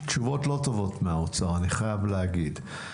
תשובות לא טובות מהאוצר, אני חייב להגיד.